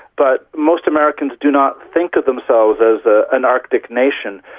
but most americans do not think of themselves as ah an arctic nation,